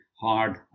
hard